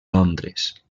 londres